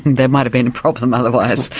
there might have been a problem otherwise!